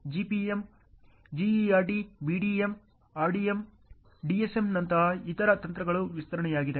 GPM GERT BDM RDM DSMನಂತಹ ಇತರ ತಂತ್ರಗಳು ವಿಸ್ತರಣೆಯಾಗಿದೆ